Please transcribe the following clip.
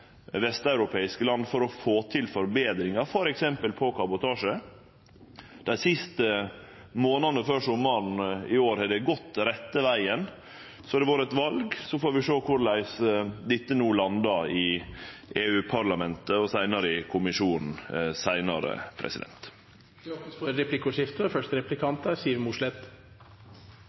vesteuropeiske land for å få til forbetringar, f.eks. på kabotasje. Dei siste månadane før sommaren i år har det gått rette vegen. No har det vore eit val, så vi får sjå korleis dette no landar i EU-parlamentet og i Kommisjonen seinare. Det blir replikkordskifte.